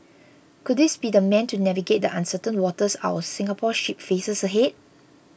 could this be the man to navigate the uncertain waters our Singapore ship faces ahead